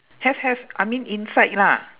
have have I mean inside lah